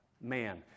man